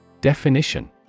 Definition